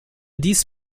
dies